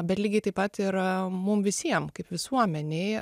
bet lygiai taip pat ir mum visiem kaip visuomenei